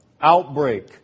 outbreak